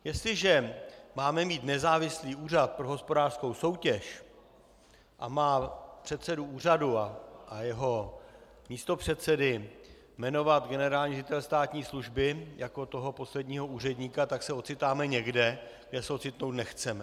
Jestliže máme mít nezávislý Úřad pro hospodářskou soutěž a má předsedu úřadu a jeho místopředsedy jmenovat generální ředitel státní služby jako toho posledního úředníka, tak se ocitáme někde, kde se ocitnout nechceme.